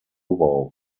wow